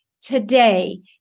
today